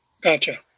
Gotcha